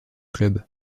club